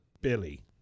Billy